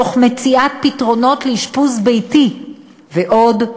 תוך מציאת פתרונות לאשפוז ביתי ועוד,